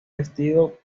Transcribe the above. vestido